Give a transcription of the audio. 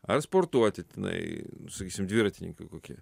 ar sportuoti tenai sakysim dviratininkių kokie